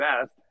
best